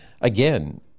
again